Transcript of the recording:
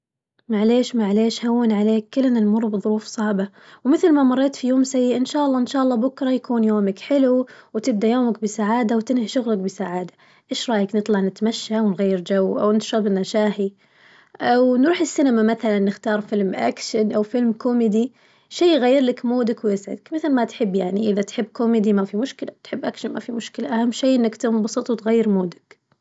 معليش معليش هون عليك كلنا نمر بظروف صعبة ومثل ما مريت في يوم سيء إن شاء الله إن شاء الله بكرة يكون يومك حلو، وتبدا يومك بسعادة وتنهي شغلك بسعادة، إيش رايك نطلع نتمشي ونغير جو؟ أو نشربلنا شاهي أو نروح السينما مثلاً نختار فيلم أكشن أو فيلم كوميدي؟ شي يغيرلك مودك ويسعدك مثل ما تحب يعني، إذا تحب كوميدي ما في مشكلة تحب أكشن ما في مشكلة أهم شي إنك تنبسط وتغير مودك.